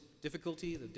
difficulty